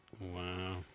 Wow